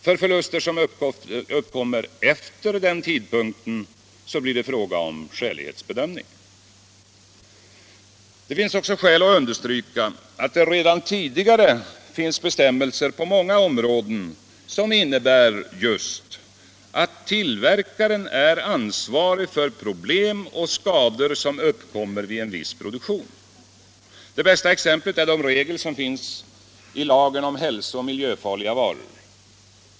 För förluster som uppkommer efter den tidpunkten blir det fråga om en skälighetsbedömning. Det finns också skäl att understryka att det redan tidigare finns bestämmelser på många områden som innebär just att tillverkaren är ansvarig för problem och skador som uppkommer vid en viss produktion. Det bästa exemplet är de regler som finns i lagen om hälso och miljöfarliga varor.